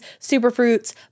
superfruits